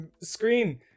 screen